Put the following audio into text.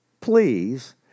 please